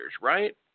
right